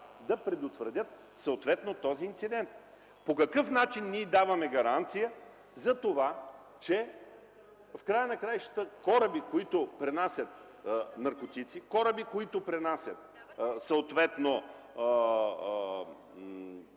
да предотвратят този инцидент?! По какъв начин ние даваме гаранция за това, че в края на краищата кораби, които пренасят наркотици, кораби, които пренасят съответно опасни